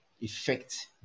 effect